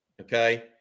Okay